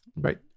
right